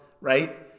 right